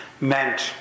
meant